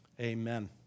Amen